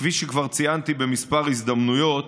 כפי שכבר ציינתי בכמה הזדמנויות,